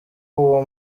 uwo